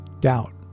doubt